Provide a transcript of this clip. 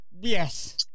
Yes